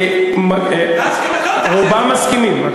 רובם מסכימים.